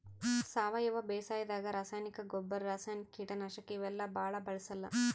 ಸಾವಯವ ಬೇಸಾಯಾದಾಗ ರಾಸಾಯನಿಕ್ ಗೊಬ್ಬರ್, ರಾಸಾಯನಿಕ್ ಕೀಟನಾಶಕ್ ಇವೆಲ್ಲಾ ಭಾಳ್ ಬಳ್ಸಲ್ಲ್